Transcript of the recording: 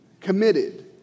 committed